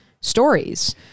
stories